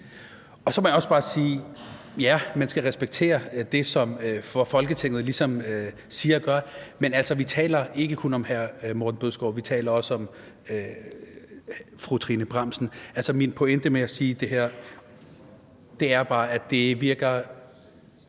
Så må jeg også bare sige: Ja, man skal respektere det, som Folketinget ligesom siger og gør, men vi taler altså ikke kun om hr. Morten Bødskov, vi taler også om fru Trine Bramsen. Altså, min pointe med at sige det her er bare, at det virker